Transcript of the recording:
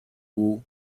rule